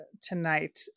tonight